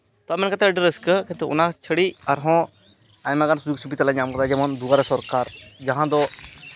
ᱛᱟ ᱢᱮᱱ ᱠᱟᱛᱮᱫ ᱟᱹᱰᱤ ᱨᱟᱹᱥᱠᱟᱹ ᱠᱤᱱᱛᱩ ᱚᱱᱟ ᱪᱷᱟᱲᱟ ᱟᱨᱦᱚᱸ ᱟᱭᱢᱟᱜᱟᱱ ᱥᱩᱡᱳᱜᱽ ᱥᱩᱵᱤᱫᱷᱟ ᱞᱮ ᱧᱟᱢ ᱟᱠᱟᱫᱟ ᱡᱮᱢᱚᱱ ᱫᱩᱣᱟᱨᱮ ᱥᱚᱨᱠᱟᱨ ᱡᱟᱦᱟᱸ ᱫᱚ